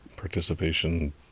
Participation